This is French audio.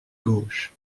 gauche